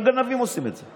רק גנבים עושים את זה.